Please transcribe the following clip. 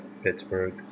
Pittsburgh